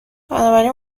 بنابراین